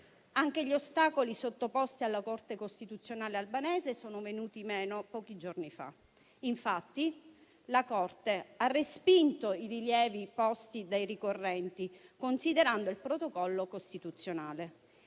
Anche gli ostacoli sottoposti alla Corte costituzionale albanese sono venuti meno pochi giorni fa. Infatti, la Corte ha respinto i rilievi posti dai ricorrenti, considerando il Protocollo costituzionale.